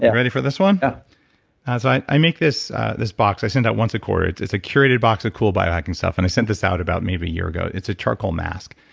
and ready for this one? yeah as i i make this this box i sent out once a quarter. it's it's a curated box of cool biohacking stuff and i sent this out about maybe a year ago. it's a charcoal mask.